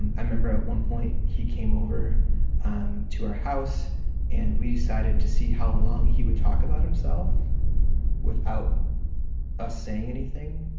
and i remember at one point he came over um to our house and we decide to see how long he would talk about himself without us saying anything,